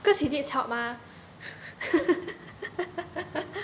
because he needs help mah